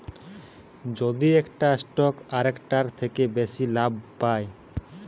যদি একটা স্টক আরেকটার থেকে বেশি লাভ পায়